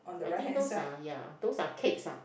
I think those are ya those are cakes ah